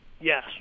yes